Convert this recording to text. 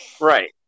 Right